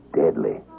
deadly